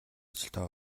ажилдаа